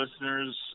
listeners